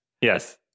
yes